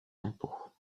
impôts